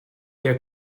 der